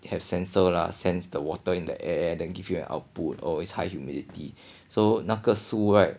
they have censor lah sense the water in the air then give you an output of its high humidity so 那个书 right